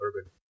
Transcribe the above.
urban